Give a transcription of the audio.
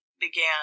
began